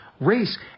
race